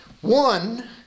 One